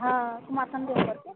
हाँ कुमारखंडे है करके